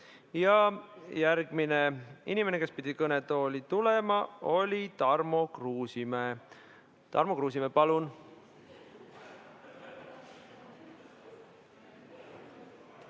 Järgmine inimene, kes pidi kõnetooli tulema, oli Tarmo Kruusimäe. Tarmo Kruusimäe, palun!